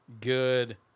good